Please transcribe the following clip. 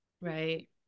right